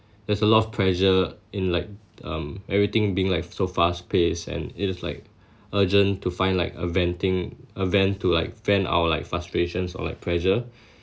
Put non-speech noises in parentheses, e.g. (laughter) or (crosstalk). there's a lot of pressure in like um everything being like so fast paced and it is like (breath) urgent to find like a venting a vent to like fan our like frustrations or like pressure (breath)